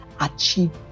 achieve